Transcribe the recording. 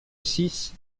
six